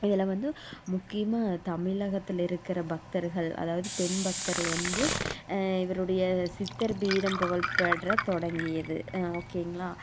இதில் வந்து முக்கியமாக தமிழகத்தில் இருக்கிற பக்தர்கள் அதாவது பெண் பக்தர்கள் வந்து இவருடைய சித்தர் பீடம் புகழ் பெற்ற தொடங்கியது ஓகேங்களா